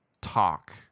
talk